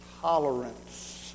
tolerance